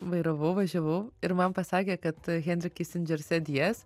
vairavau važiavau ir man pasakė kad henris kisindžeris ed jes